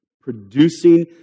producing